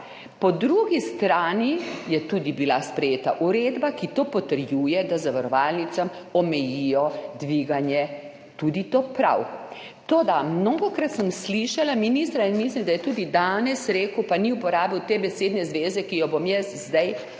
Po drugi strani je tudi bila sprejeta uredba, ki potrjuje to, da zavarovalnicam omejijo dviganje. Tudi to prav. Toda mnogokrat sem slišala ministra in mislim, da je tudi danes rekel, pa ni uporabil te besedne zveze, kot jo bom zdaj